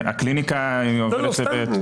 כשאנשים יודעים מראש שיש להם עיקול בחשבון,